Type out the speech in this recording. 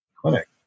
clinic